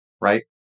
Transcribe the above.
right